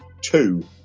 two